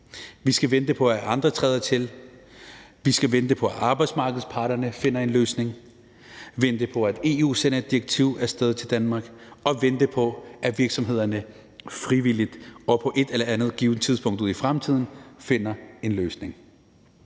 vi skal vente på, at andre træder til; vi skal vente på, at arbejdsmarkedets parter finder en løsning; vente på, at EU sender et direktiv af sted til Danmark; og vente på, at virksomhederne frivilligt og på et eller andet givent tidspunkt ude i fremtiden finder en løsning.